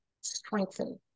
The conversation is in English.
strengthen